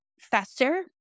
faster